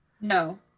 No